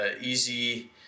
easy